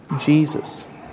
Jesus